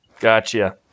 Gotcha